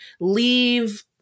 leave